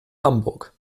hamburg